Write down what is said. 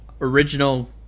original